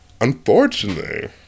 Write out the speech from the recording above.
Unfortunately